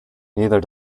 neither